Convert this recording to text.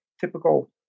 typical